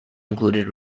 included